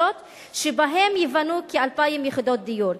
שבהן ייבנו כ-2,000 יחידות דיור.